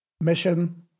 Mission